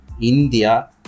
India